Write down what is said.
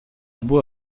beau